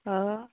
आं